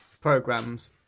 programs